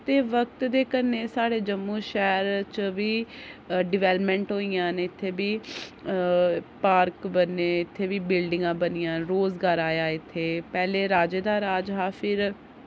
ते वक्त दे कन्नै साढ़े जम्मू शैह्र च बी डवैलपमैंट होई गेइयां न इत्थै बी पार्क बने इत्थै बी बिल्डिंगां बनियां रोजगार आया इत्थै पैह्लें राजे दा राज हा फ्ही